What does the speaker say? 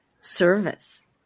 service